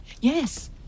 Yes